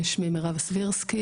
שמי מרב סבירסקי,